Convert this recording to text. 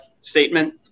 statement